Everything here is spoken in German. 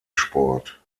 sport